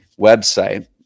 website